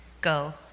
go